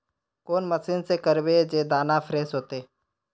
कौन मशीन से करबे जे दाना फ्रेस होते?